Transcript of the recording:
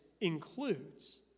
includes